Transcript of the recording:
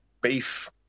beef